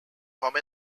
from